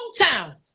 hometown